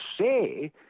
say